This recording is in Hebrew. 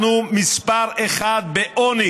אנחנו מספר אחת בעוני